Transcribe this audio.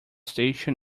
station